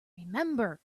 remember